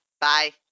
Bye